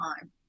time